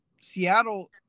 Seattle